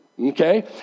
Okay